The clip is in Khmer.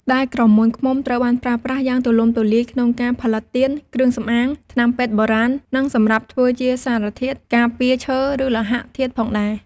ដែលក្រមួនឃ្មុំត្រូវបានប្រើប្រាស់យ៉ាងទូលំទូលាយក្នុងការផលិតទៀន គ្រឿងសម្អាង ថ្នាំពេទ្យបុរាណ និងសម្រាប់ធ្វើជាសារធាតុការពារឈើ ឬលោហៈធាតុផងដេរ។